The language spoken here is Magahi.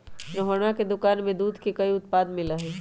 रोहना के दुकान में दूध के कई उत्पाद मिला हई